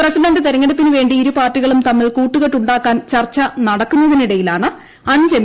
president തിരഞ്ഞെടുപ്പിന് വേണ്ടി ഇരു പാർട്ടികളും തമ്മിൽ കൂട്ടുക്കെട്ടുണ്ടാക്കാൻ ചർച്ച നടക്കുന്നതിനിടയിലാണ് അഞ്ച് എം